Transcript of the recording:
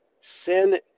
sin